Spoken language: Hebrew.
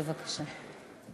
בבקשה.